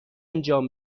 انجام